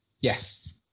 Yes